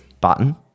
button